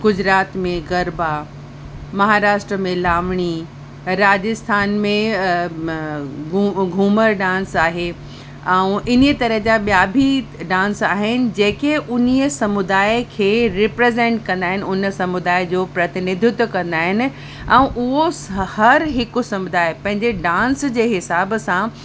गुजरात में गरबा महाराष्ट्र में लावणी राजस्थान में घू घूमर डांस आहे ऐं इन तरह जा ॿिया बि डांस आहिनि जेके उन समुदाय खे रिप्रेज़ंट कंदा आहिनि उन समुदाय जो प्रतिनिधित्व कंदा आहिनि ऐं उहो स हर हिकु समुदाय पंहिंजे डांस जे हिसाब सां